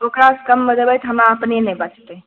ओकरा सँ कममे देबै तऽ हमरा अपने नहि बचतै